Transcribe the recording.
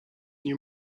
nie